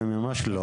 אני ממש לא,